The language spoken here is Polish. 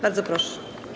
Bardzo proszę.